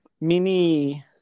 mini